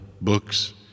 books